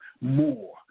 more